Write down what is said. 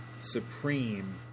supreme